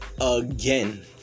again